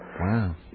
Wow